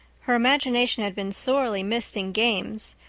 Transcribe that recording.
her imagination had been sorely missed in games,